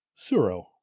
Suro